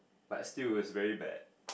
but still it's very bad